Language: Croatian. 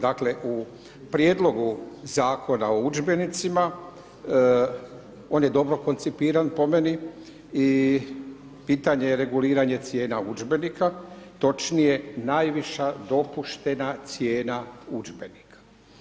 Dakle, u prijedlogu Zakona o udžbenicima, on je dobro koncipiran po meni i pitanje je reguliranje cijena udžbenika, točnije, najviše dopuštena cijena udžbenika.